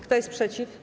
Kto jest przeciw?